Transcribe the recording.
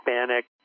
Hispanic